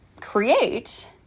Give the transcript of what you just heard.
create